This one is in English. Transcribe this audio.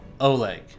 Oleg